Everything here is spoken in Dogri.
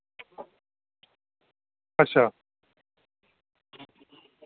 अच्छा